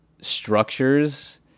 structures